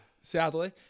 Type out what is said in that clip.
sadly